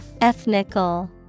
Ethnical